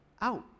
out